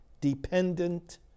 dependent